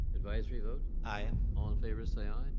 advisory vote? aye. all in favor say aye.